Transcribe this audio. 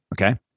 Okay